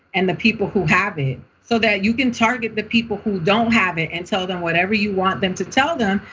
and the people who have it, so that you can target the people who don't have it, and tell them whatever you want them to tell them.